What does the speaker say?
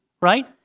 right